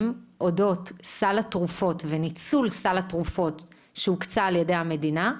אודות סל התרופות וניצול סל התרופות שהוקצה על ידי המדינה,